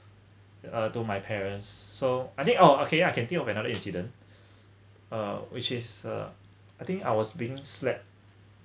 uh to my parents so I think oh okay I can think of another incident uh which is uh I think I was being slapped